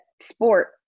sport